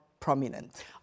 prominent